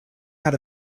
had